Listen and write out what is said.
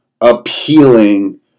appealing